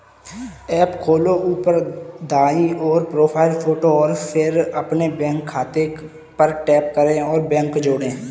app खोलो, ऊपर दाईं ओर, प्रोफ़ाइल फ़ोटो और फिर अपने बैंक खाते पर टैप करें और बैंक जोड़ें